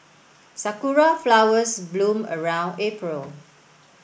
sakura flowers bloom around April